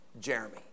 Jeremy